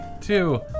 two